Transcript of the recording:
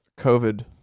COVID